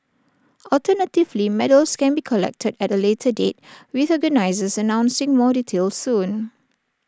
alternatively medals can be collected at A later date with organisers announcing more details soon